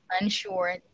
unsure